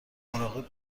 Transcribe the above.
مراقب